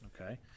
Okay